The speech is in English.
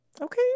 Okay